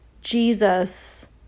Jesus